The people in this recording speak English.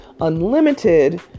Unlimited